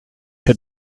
had